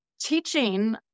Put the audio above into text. teaching